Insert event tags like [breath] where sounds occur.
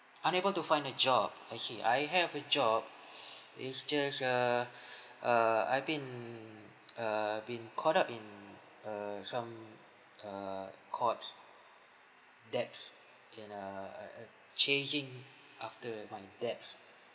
unable to find a job I see I have a job [breath] it's just err [breath] err I've been err I've been caught up in err some err courts debts get err chasing after my debts